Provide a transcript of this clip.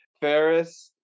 ferris